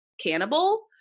cannibal